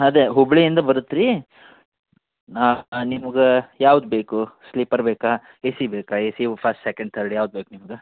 ಅದೇ ಹುಬ್ಬಳ್ಳಿಯಿಂದ ಬರುತ್ತೆ ರೀ ನಿಮ್ಗೆ ಯಾವ್ದು ಬೇಕು ಸ್ಲೀಪರ್ ಬೇಕಾ ಎ ಸಿ ಬೇಕಾ A C first second third ಯಾವ್ದು ಬೇಕು ನಿಮ್ಗೆ